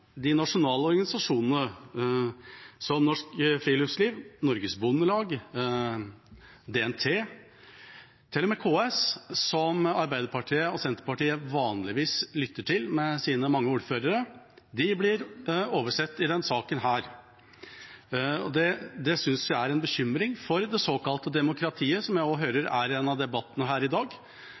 de nasjonale organisasjonene, som Norsk Friluftsliv, Norges Bondelag, DNT – og til og med KS, som Arbeiderpartiet og Senterpartiet vanligvis lytter til, med sine mange ordførere – blir oversett i denne saken. Det synes jeg er en bekymring for det såkalte demokratiet, som jeg også hører i denne debatten i dag.